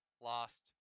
lost